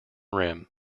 rim